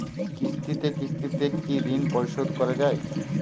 কিস্তিতে কিস্তিতে কি ঋণ পরিশোধ করা য়ায়?